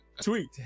Tweet